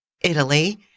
Italy